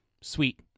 Sweet